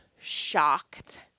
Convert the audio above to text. shocked